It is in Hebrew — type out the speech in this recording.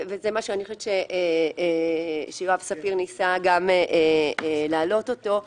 וזה מה שאני חושבת שיואב ספיר ניסה גם להעלות אותו,